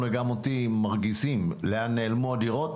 ואתם נשענים עליו.